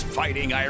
fighting